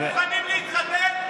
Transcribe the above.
אין להם אילנות יוחסין.